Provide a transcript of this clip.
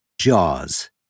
Jaws